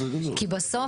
כי בסוף,